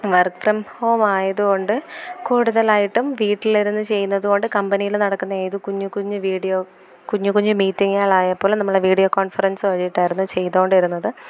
work from home ആയതു കൊണ്ട് കൂടുതലായിട്ടും വീട്ടിലിരുന്ന് ചെയ്യുന്നതു കൊണ്ട് കമ്പനിയിൽ നടക്കുന്ന ഏതു കുഞ്ഞ് കുഞ്ഞ് വീഡിയോ കുഞ്ഞ് കുഞ്ഞ് മീറ്റിംഗുകളായാൽ പോലും നമ്മൾ വീഡിയോ കോൺഫറൻസ് വഴിയിട്ടായിരുന്നു ചെയ്തു കൊണ്ടിരുന്നത്